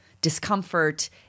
discomfort